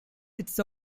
its